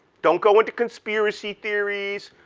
don't go into conspiracy theories,